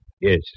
Yes